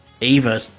Eva